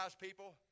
people